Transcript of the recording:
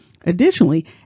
Additionally